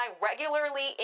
regularly